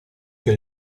che